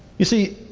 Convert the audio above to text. you see,